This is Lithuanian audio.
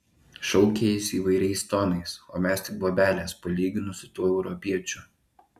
šaukė jis įvairiais tonais o mes tik bobelės palyginus su tuo europiečiu